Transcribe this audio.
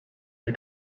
del